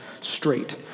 straight